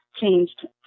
changed